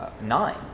nine